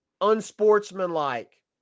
unsportsmanlike